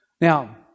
Now